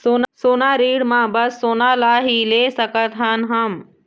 सोना ऋण मा बस सोना ला ही ले सकत हन हम?